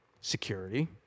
Security